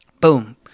Boom